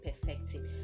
perfecting